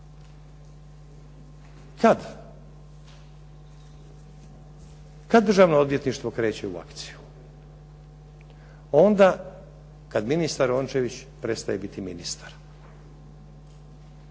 Kada Državno odvjetništvo kreće u akciju? Onda kada ministar Rončević prestaje biti ministar.